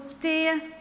dear